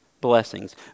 blessings